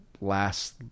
last